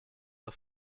the